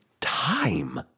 time